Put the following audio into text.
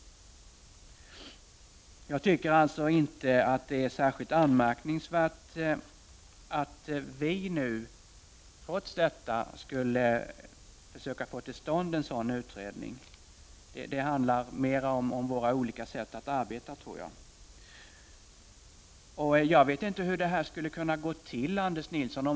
Jag anser alltså inte att det är särskilt anmärkningsvärt att vi nu skulle försöka få till stånd en utredning. Jag tror att det mer handlar om de olika sätt på vilka vi arbetar.